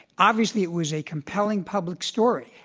obviously, it was a compelling public story.